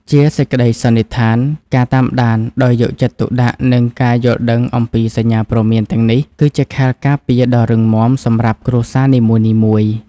ជាសេចក្តីសន្និដ្ឋាន ការតាមដានដោយយកចិត្តទុកដាក់ និងការយល់ដឹងអំពីសញ្ញាព្រមានទាំងនេះ គឺជាខែលការពារដ៏រឹងមាំសម្រាប់គ្រួសារនីមួយៗ។